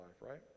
right